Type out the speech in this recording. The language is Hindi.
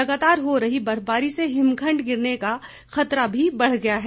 लगातार हो रही बर्फबारी से हिमखंड गिरने का खतरा भी बढ़ गया है